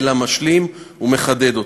אלא משלים ומחדד אותו.